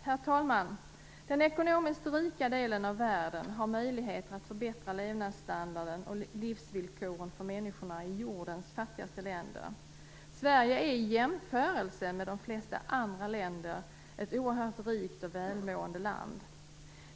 Herr talman! Den ekonomiskt rika delen av världen har möjligheter att förbättra levnadsstandarden och livsvillkoren för människorna i jordens fattigaste länder. Sverige är i jämförelse med de flesta andra länder ett oerhört rikt och välmående land.